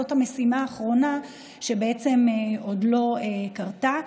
זאת המשימה האחרונה שעוד לא קרתה.